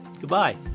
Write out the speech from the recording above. Goodbye